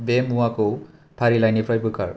बे मुवाखौ फारिलाइनिफ्राय बोखार